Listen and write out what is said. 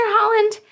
Holland